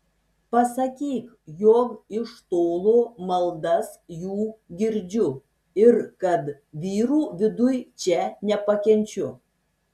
pasakyk jog iš tolo maldas jų girdžiu ir kad vyrų viduj čia nepakenčiu